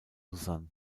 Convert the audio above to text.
lausanne